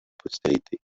postérité